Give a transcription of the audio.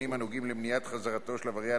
של עבריין